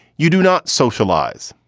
you do not socialize.